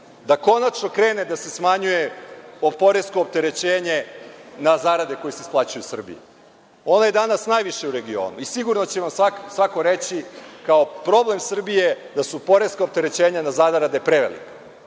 da konačno krene da se smanjuje poresko opterećenje na zarade koje se isplaćuju u Srbiji, ono je danas najveće u regionu, i sigurno će vam svako reći kao problem Srbije da su poreska opterećenja na zarade prevelika